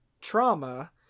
trauma